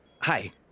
Hi